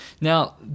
Now